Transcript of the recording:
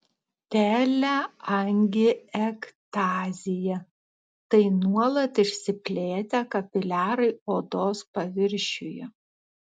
teleangiektazija tai nuolat išsiplėtę kapiliarai odos paviršiuje